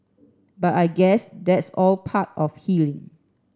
but I guess that's all part of healing